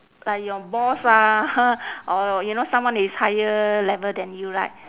like your boss lah or you know someone is higher level than you right